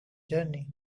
journey